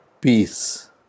peace